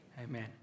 Amen